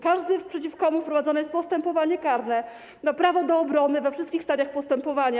Każdy, przeciw komu prowadzone jest postępowanie karne, ma prawo do obrony we wszystkich stadiach postępowania.